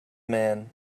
man